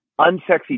unsexy